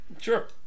Sure